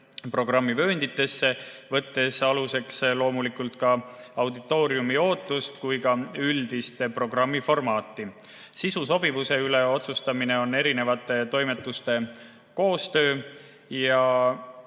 programmivöönditesse, võttes aluseks loomulikult nii auditooriumi ootust kui ka üldist programmi formaati. Sisu sobivuse üle otsustamine on eri toimetuste koostöö ja